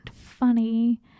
funny